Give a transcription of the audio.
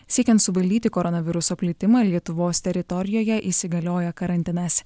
siekiant suvaldyti koronaviruso plitimą lietuvos teritorijoje įsigalioja karantinas